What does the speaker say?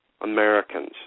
Americans